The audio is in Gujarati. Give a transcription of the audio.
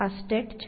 આ સ્ટેટ છે